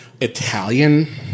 Italian